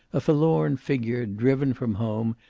a forlorn figure, driven from home,